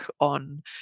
on